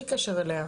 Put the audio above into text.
בלי קשר אליה.